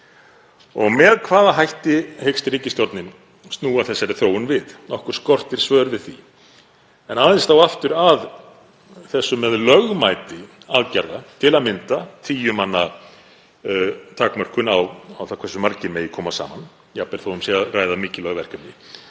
Með hvaða hætti hyggst ríkisstjórnin snúa þessari þróun við? Okkur skortir svör við því. Aðeins þá aftur að þessu með lögmæti aðgerða, til að mynda tíu manna takmörkun á það hversu margir megi koma saman, jafnvel þó að um sé að ræða mikilvæg verkefni,